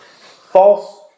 False